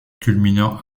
culminant